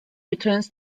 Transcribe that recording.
returns